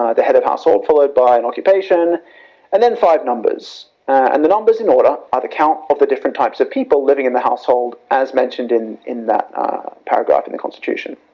ah the head of household, followed by and occupation and then five numbers and, the numbers in order, are the count of the different types of people, living in the household as mentioned in the in that paragraph in the constitution.